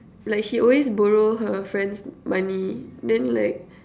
like she always borrow her friends money then like